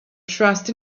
trust